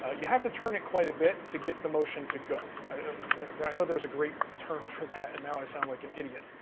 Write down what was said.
ah you have to turn it quite a bit to get the motion to go, i know there's a great term for that and now i sound like an idiot,